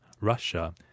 Russia